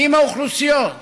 עם האוכלוסיות,